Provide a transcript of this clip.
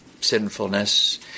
sinfulness